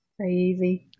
crazy